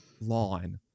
lawn